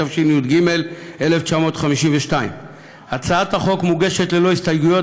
התשי"ג 1952. הצעת החוק מוגשת ללא הסתייגויות,